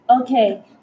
Okay